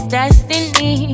destiny